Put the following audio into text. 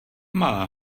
malá